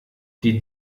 die